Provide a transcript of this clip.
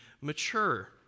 mature